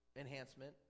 enhancement